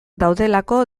daudelako